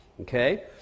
Okay